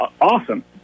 awesome